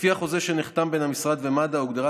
לפי החוזה שנחתם בין המשרד למד"א הוגדרה